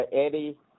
Eddie